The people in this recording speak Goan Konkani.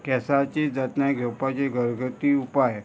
केंसाची जतनाय घेवपाची घरगती उपाय